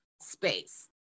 space